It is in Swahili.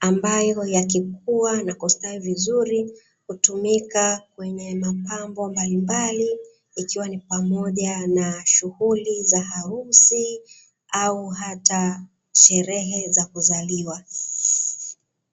ambayo yakikuwa na kustawi vizuri hutumika kwenye mapambo mbalimbali ikiwa ni pamoja na shughuli za harusi au hata sherehe za kuzaliwa.